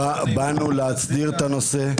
באנו להסדיר את הנושא.